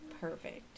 perfect